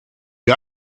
you